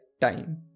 time